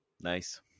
Nice